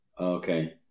Okay